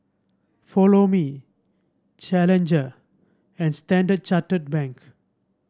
Follow Me Challenger and Standard Chartered Bank